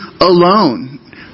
alone